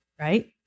Right